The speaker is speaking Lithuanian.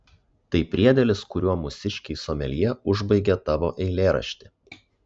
tai priedėlis kuriuo mūsiškiai someljė užbaigė tavo eilėraštį